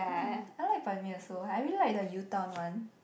mm I like Ban-Mian also I really like the U town one